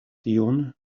tion